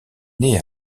née